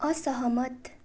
असहमत